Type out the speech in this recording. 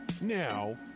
Now